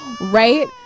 Right